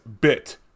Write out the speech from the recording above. Bit